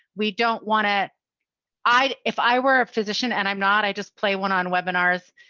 we don't want to i, if i were a physician and i'm not, i just play one on webinars.